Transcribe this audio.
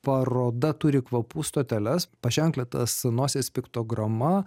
paroda turi kvapų stoteles paženklintas nosies piktograma